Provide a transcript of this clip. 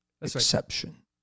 exception